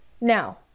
Now